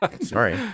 Sorry